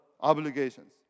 obligations